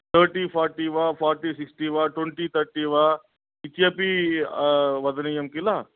thirty forty वा forty sixty वा twenty thirty वा इत्यपि वदनीयं खिल